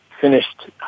finished